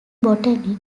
botany